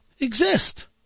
exist